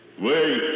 Wait